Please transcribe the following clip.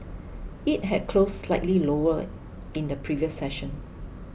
it had closed slightly lower in the previous session